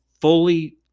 fully –